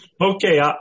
okay